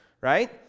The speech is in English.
right